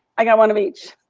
i got one of each.